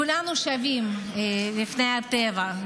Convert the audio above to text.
כולנו שווים בפני הטבע,